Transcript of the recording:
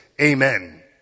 Amen